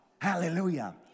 Hallelujah